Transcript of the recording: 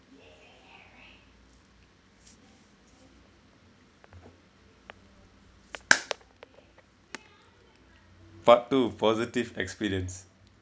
part two positive experience